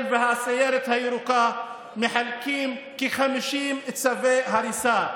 והסיירת הירוקה מחלקים כ-50 צווי הריסה.